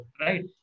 right